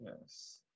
yes